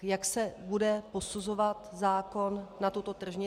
Jak se bude posuzovat zákon na tuto tržnici?